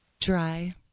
Dry